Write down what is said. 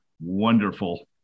wonderful